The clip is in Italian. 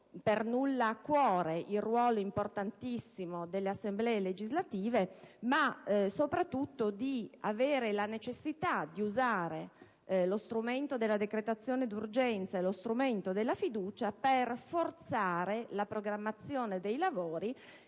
per nulla a cuore il ruolo, importantissimo, delle Assemblee legislative, ma soprattutto di avere la necessità di usare lo strumento della decretazione d'urgenza e della fiducia per forzare la programmazione dei lavori